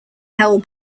hell